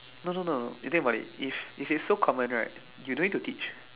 no no no you think about is if it's so common right you no need to teach